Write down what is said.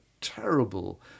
terrible